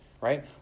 right